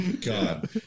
God